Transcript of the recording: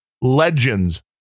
legends